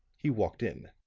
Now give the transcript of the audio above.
he walked in.